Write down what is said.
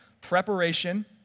Preparation